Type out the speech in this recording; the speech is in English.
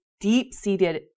deep-seated